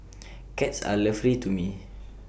cats are lovely to me